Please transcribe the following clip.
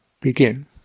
begin